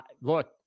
look